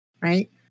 right